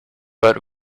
but